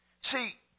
See